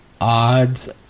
odds